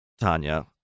Tanya